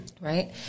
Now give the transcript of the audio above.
right